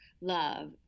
love